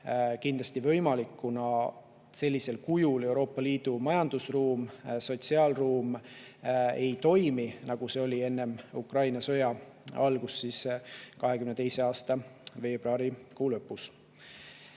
kindlasti võimalik, kuna sellisel kujul Euroopa Liidu majandusruum, sotsiaalruum ei toimi, nagu see oli enne Ukraina sõja algust, enne 2022. aasta veebruarikuu lõppu.